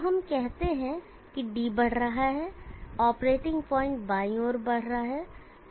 तो हम कहते हैं कि d बढ़ रहा है ऑपरेटिंग पॉइंट बाईं ओर बढ़ रहा होगा